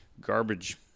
garbage